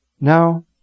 Now